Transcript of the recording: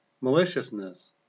maliciousness